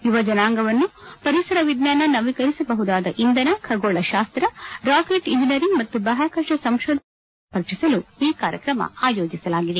ಯುವ ಜನಾಂಗವನ್ನು ಪರಿಸರ ವಿಜ್ಞಾನ ನವೀಕರಿಸಬಹುದಾದ ಇಂಧನ ಖಗೋಳಶಾಸ್ತ ರಾಕೆಟ್ ಎಂಜಿನಿಯರಿಂಗ್ ಮತ್ತು ಬಾಹ್ವಾಕಾಶ ಸಂಶೋಧನಾ ಕ್ಷೇತ್ರದ ಕಡೆಗೆ ಆಕರ್ಷಿಸಲು ಈ ಕಾರ್ಯಕ್ರಮ ಆಯೋಜಿಸಲಾಗಿದೆ